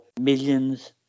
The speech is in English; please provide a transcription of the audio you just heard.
millions